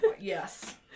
Yes